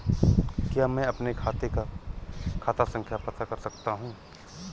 क्या मैं अपने खाते का खाता संख्या पता कर सकता हूँ?